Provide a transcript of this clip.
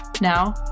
Now